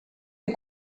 des